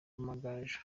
amagaju